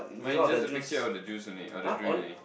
mine is just picture of the juice only or the drink only